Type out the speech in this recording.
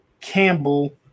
Campbell